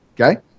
Okay